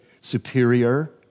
superior